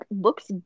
looks